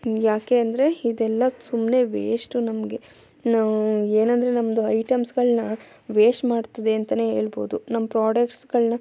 ಏಕೆ ಅಂದರೆ ಇದೆಲ್ಲ ಸುಮ್ಮನೆ ವೇಶ್ಟು ನಮಗೆ ನಾವು ಏನೆಂದ್ರೆ ನಮ್ದು ಐಟಮ್ಸ್ಗಳನ್ನ ವೇಶ್ಟ್ ಮಾಡ್ತದೆ ಅಂತಲೇ ಹೇಳ್ಬೋದು ನಮ್ಮ ಪ್ರೋಡಕ್ಟ್ಸ್ಗಳನ್ನ